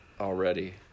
already